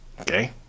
okay